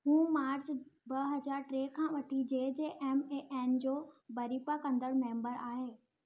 हू मार्च ॿ हज़ार टे खां वठी जे जे एम ए एन जो बरिपा कंदड़ु मैंबर आहे